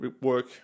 work